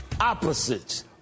Opposites